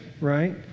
right